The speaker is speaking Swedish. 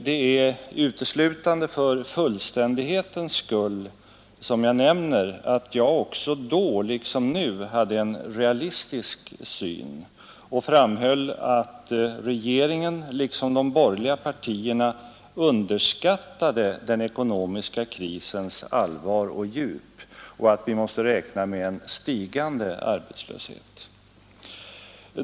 Det är uteslutande för fullständighetens skull som jag nämner att jag också då, liksom nu, hade en realistisk syn och framhöll att regeringen liksom de borgerliga partierna underskattade den ekonomiska krisens allvar och djup och att vi måste räkna med en stigande arbetslöshet.